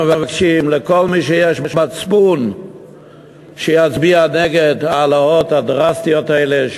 אנחנו מבקשים מכל מי שיש לו מצפון שיצביע נגד ההעלאות הדרסטיות האלה,